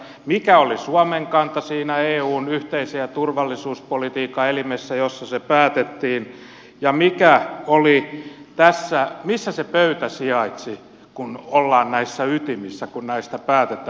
mikä oli suomen kanta siinä eun yhteisen turvallisuuspolitiikan elimessä jossa se päätettiin ja missä se pöytä sijaitsi kun ollaan näissä ytimissä kun näistä päätetään